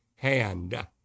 hand